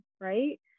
right